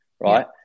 right